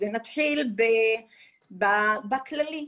ונתחיל בכללי,